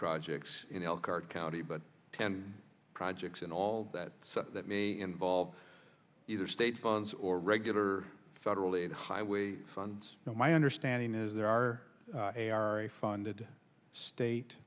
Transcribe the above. projects in elkhart county but ten projects and all that that may involve either state funds or regular federal aid highway funds so my understanding is there are funded state